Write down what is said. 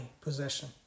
possession